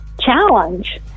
challenge